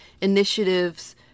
initiatives